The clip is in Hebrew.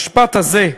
והמשפט הזה: